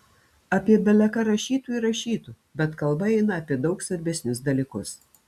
apie bele ką rašytų ir rašytų bet kalba eina apie daug svarbesnius dalykus